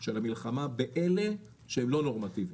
של המלחמה באלה שהם לא נורמטיביים.